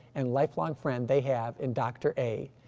and lifelong friend they have in dr. a.